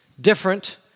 different